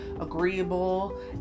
agreeable